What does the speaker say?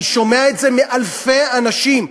אני שומע את זה מאלפי אנשים.